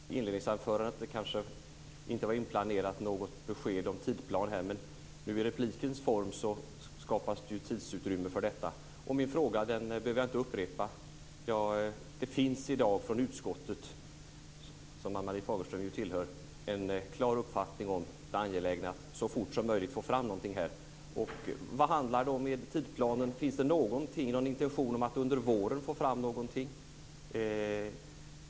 Herr talman! Jag kan förstå om det i inledningsanförandet kanske inte var inplanerat något besked om en tidsplan. I replikens form skapas dock tidsutrymme för det. Jag behöver inte upprepa min fråga. Det finns i dag från utskottet, som ju Ann-Marie Fagerström tillhör, en klar uppfattning om det angelägna att så fort som möjligt få fram någonting här. När det gäller tidsplanen undrar jag om det finns någon intention om att under våren få fram någonting.